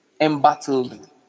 embattled